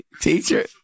teacher